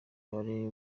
bari